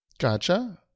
Gotcha